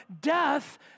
death